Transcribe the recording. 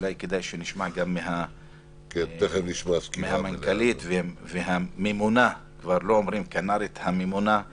אולי כדאי שנשמע גם מהמנכ"לית והממונה כבר לא אומרים כנ"רית והצוות,